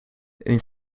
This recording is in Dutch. een